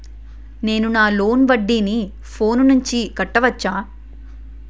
నేను నా లోన్ వడ్డీని ఫోన్ నుంచి కట్టవచ్చా?